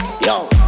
yo